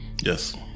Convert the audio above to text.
Yes